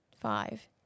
Five